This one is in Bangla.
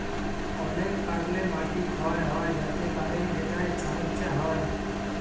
অলেক কারলে মাটি ক্ষয় হঁয়ে য্যাতে পারে যেটায় ছমচ্ছা হ্যয়